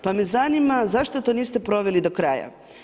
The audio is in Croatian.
Pa me zanima, zašto to niste proveli do kraja?